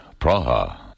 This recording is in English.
Praha